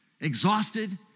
exhausted